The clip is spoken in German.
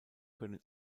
können